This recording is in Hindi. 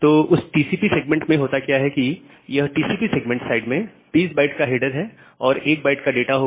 तो उस टीसीपी सेगमेंट में होता क्या है कि यह टीसीपी सेगमेंट साइड में 20 बाइट का हेडर और 1 बाइट का डाटा होगा